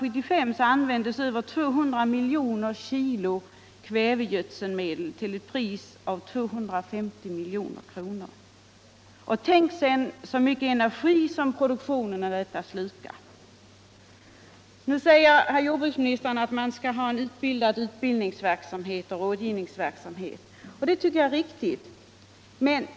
1974/75 användes över 200 milj. kilo kvävegödselmedel till ett pris av 250 milj.kr. Betänk därutöver hur mycket energi som produktionen av dessa medel slukar. Nu talar herr jordbruksministern om den utbildningsoch rådgivningsverksamhet som bedrivs på detta område, och jag tycker det är riktigt att man har sådan verksamhet.